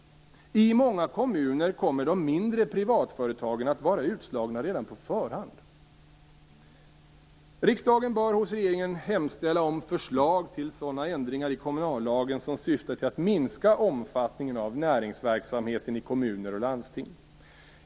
I många kommuner kommer de mindre privatföretagen att vara utslagna redan på förhand. Riksdagen bör hos regeringen hemställa om förslag till sådana ändringar i kommunallagen som syftar till att minska omfattningen av näringsverksamheten i kommuner och landsting.